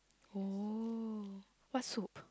oh what soup